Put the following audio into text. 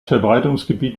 verbreitungsgebiet